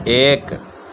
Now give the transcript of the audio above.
ایک